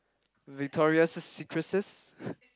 Victoria's secrets